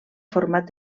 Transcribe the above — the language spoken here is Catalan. format